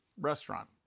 restaurant